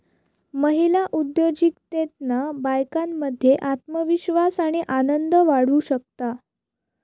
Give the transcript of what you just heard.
महिला उद्योजिकतेतना बायकांमध्ये आत्मविश्वास आणि आनंद वाढू शकता